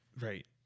Right